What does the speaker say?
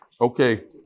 Okay